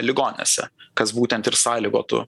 ligoninėse kas būtent ir sąlygotų